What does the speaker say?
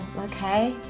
okay,